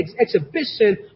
exhibition